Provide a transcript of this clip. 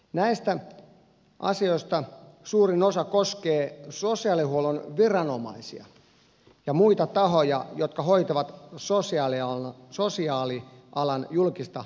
näistä asioista suurin osa koskee sosiaalihuollon viranomaisia ja muita tahoja jotka hoitavat sosiaalialan julkista tehtävää